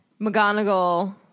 McGonagall